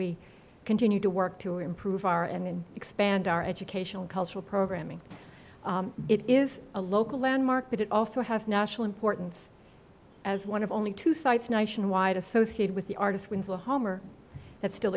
we continue to work to improve our and expand our educational cultural programming it is a local landmark but it also have national importance as one of only two sites nationwide associated with the artist winslow homer that still